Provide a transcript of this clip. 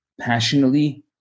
passionately